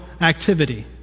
activity